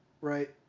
Right